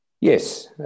Yes